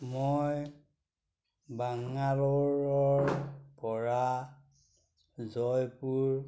মই বাংগালোৰৰপৰা জয়পুৰ